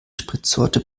spritsorte